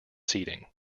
seating